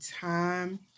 time